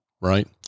right